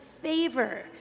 favor